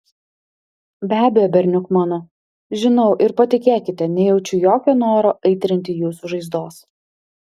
be abejo berniuk mano žinau ir patikėkite nejaučiu jokio noro aitrinti jūsų žaizdos